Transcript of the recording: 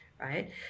right